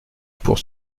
pour